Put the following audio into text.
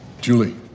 Julie